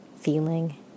feeling